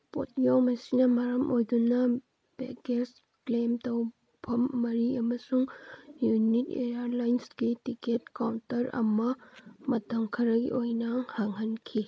ꯄꯣꯠꯌꯣꯝ ꯑꯁꯤꯅ ꯃꯔꯝ ꯑꯣꯏꯗꯨꯅ ꯕꯦꯒꯦꯁ ꯀ꯭ꯂꯦꯝ ꯇꯧꯐꯝ ꯃꯔꯤ ꯑꯃꯁꯨꯡ ꯌꯨꯅꯤꯠ ꯏꯌꯔꯂꯥꯏꯟꯁꯀꯤ ꯇꯤꯛꯀꯦꯠ ꯀꯥꯎꯟꯇꯔ ꯑꯃ ꯃꯇꯝ ꯈꯔꯒꯤ ꯑꯣꯏꯅ ꯍꯥꯡꯍꯟꯈꯤ